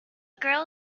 girl